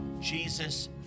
Jesus